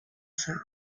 sound